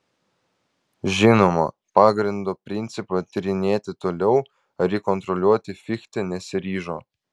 žinoma pagrindo principą tyrinėti toliau ar jį kontroliuoti fichte nesiryžo